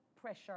pressure